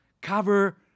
Cover